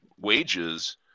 wages